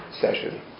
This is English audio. session